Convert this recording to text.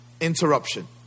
interruption